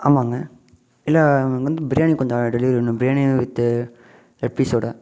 ஆமாங்க இல்லை வந்து பிரியாணி கொஞ்சம் டெலிவரி வேணும் பிரியாணி வித்து லெக் பீஸோட